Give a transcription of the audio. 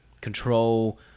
control